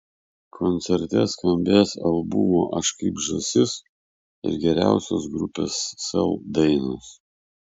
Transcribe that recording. koncerte skambės albumo aš kaip žąsis ir geriausios grupės sel dainos